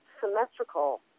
symmetrical